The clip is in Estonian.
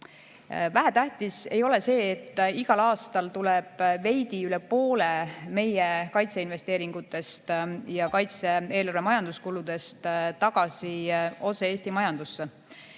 Vähetähtis ei ole see, et igal aastal tuleb veidi üle poole meie kaitseinvesteeringutest ja kaitse-eelarve majanduskuludest tagasi otse Eesti majandusse.